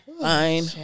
Fine